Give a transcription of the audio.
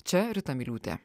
čia rita miliūtė